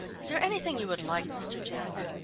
is there anything you would like, mr. jaggs?